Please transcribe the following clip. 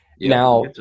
Now